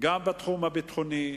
גם בתחום הביטחוני,